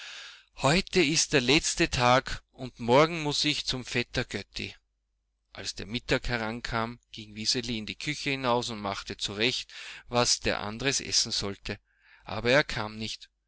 heute ist der letzte tag und morgen muß ich zum vetter götti als der mittag herankam ging wiseli in die küche hinaus und machte zurecht was der andres essen sollte aber er kam nicht